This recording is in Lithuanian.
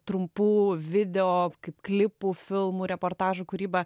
trumpų video kaip klipų filmų reportažų kūryba